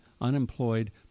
unemployed